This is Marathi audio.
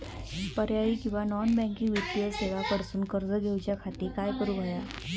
पर्यायी किंवा नॉन बँकिंग वित्तीय सेवा कडसून कर्ज घेऊच्या खाती काय करुक होया?